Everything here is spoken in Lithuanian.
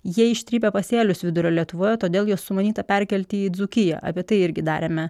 jie ištrypė pasėlius vidurio lietuvoje todėl juos sumanyta perkelti į dzūkiją apie tai irgi darėme